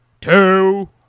two